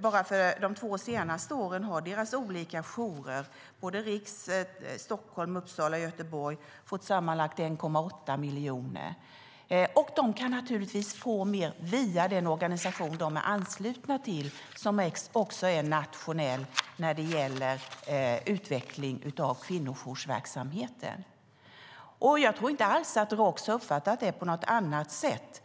Bara för de två senaste åren har deras olika jourer - i Stockholm, i Uppsala och i Göteborg - fått sammanlagt 1,8 miljoner. Och de kan naturligtvis få mer via den organisation de är anslutna till, som är nationell när det gäller utveckling av kvinnojoursverksamheten. Jag tror inte alls att Roks har uppfattat det på något annat sätt.